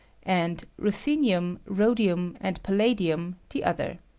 and ruthenium, rhodium, and palladium the other.